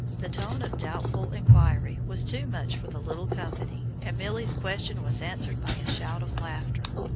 the tone of doubtful inquiry was too much for the little company, and milly's question was answered by a shout of laughter.